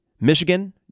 Michigan